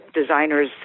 designers